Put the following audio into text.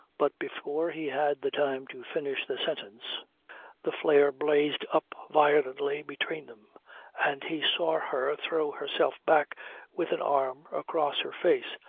but before he had the time to finish the sentence the flare blazed up violently between them and he saw her throw herself back with an arm across her face.